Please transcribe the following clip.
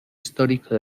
histórico